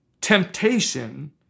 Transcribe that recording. temptation